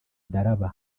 ndaraba